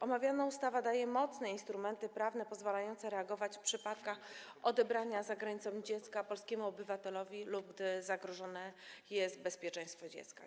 Omawiana ustawa daje mocne instrumenty prawne pozwalające reagować w przypadkach odbierania za granicą dziecka polskiemu obywatelowi lub gdy zagrożone jest bezpieczeństwo dziecka.